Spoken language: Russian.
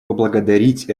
поблагодарить